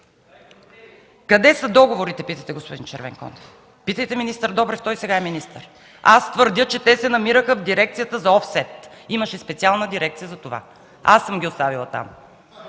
„Къде са договорите?” – питате, господин Червенкондев. Питайте министър Добрев. Той сега е министър. Аз твърдя, че те се намираха в дирекцията за „офсет”. Имаше специална дирекция за това. Аз съм ги оставила там.